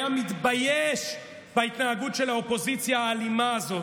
שהיה מתבייש בהתנהגות של האופוזיציה האלימה הזאת,